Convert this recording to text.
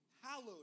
Hallowed